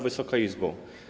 Wysoka Izbo!